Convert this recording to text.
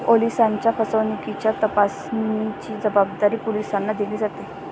ओलिसांच्या फसवणुकीच्या तपासाची जबाबदारी पोलिसांना दिली जाते